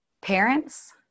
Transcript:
Parents